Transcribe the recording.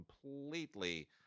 completely